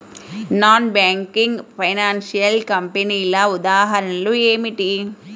Non banking financial కంపెనీల ఉదాహరణలు ఏమిటి?